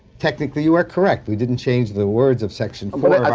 technically, you are correct. we didn't change the words of section